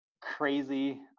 crazy